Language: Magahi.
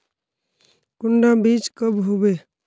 कुंडा बीज कब होबे?